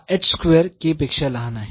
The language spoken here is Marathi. हा स्क्वेअर पेक्षा लहान आहे